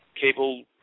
cable